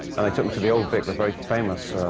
and they took me to the old vic, the very famous